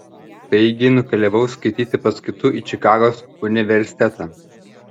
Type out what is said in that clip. taigi nukeliavau skaityti paskaitų į čikagos universitetą